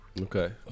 Okay